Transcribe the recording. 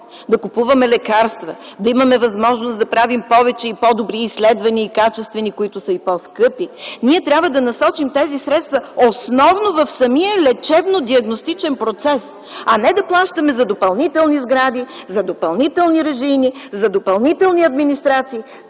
да купуваме лекарства, да имаме възможност да правим повече и по-добри, качествени изследвания, които са и по-скъпи. Ние трябва да насочим тези средства основно в самия лечебно-диагностичен процес, а не да плащаме за допълнителни сгради, за допълнителни режийни, за допълнителни администрации.